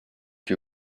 que